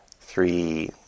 three